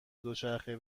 دوچرخه